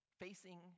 facing